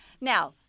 Now